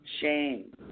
Shame